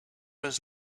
was